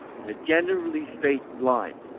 in a generally straight line,